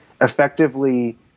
effectively